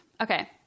Okay